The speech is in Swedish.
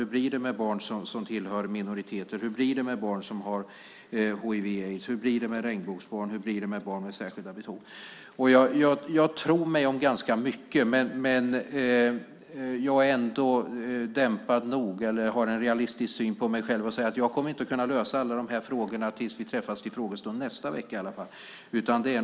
Hur blir det med barn som tillhör minoriteter? Hur blir det med barn som har hiv/aids? Hur blir det med regnbågsbarn? Hur blir det med barn med särskilda behov? Jag tror mig om ganska mycket, men jag är ändå dämpad nog eller har en syn på mig själv som är realistisk nog för att säga att jag i alla fall inte kommer att kunna lösa alla dessa frågor tills vi träffas vid frågestunden nästa vecka.